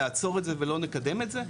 נעצור את זה ולא נקדם את זה?